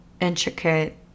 intricate